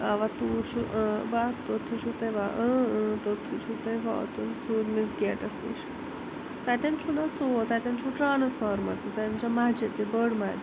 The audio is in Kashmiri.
اوا توٗرۍ چھُو ٲں بَس توٚتھٕے چھُو تۄہہِ وا ٲں ٲں توٚتتھٕے چھُو تۄہہِ واتُن ژوٗرِمِس گیٹَس نِش تَتیٚن چھُو نا ژوٗ ووٚت تَتیٚن چھُو ٹرٛانَسفارَمَر تہِ تَتیٚن چھِ مسجد تہِ بٔڑ مسجد تہِ